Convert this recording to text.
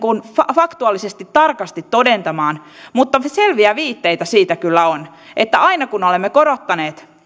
faktuaalisesti tarkasti todentamaan mutta selviä viitteitä siitä kyllä on että aina kun olemme korottaneet